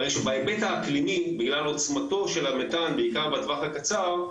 הרי שבהיבט האקלימי בגלל עוצמתו של המתאן בעיקר בטווח הקצר,